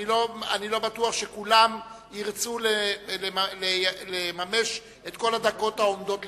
אני לא בטוח שכולם ירצו לממש את כל הדקות העומדות לרשותם,